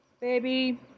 baby